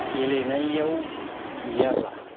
गेलेनायाव गैयाब्ला